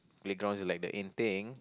playground is like the in thing